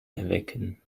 erwecken